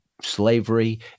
slavery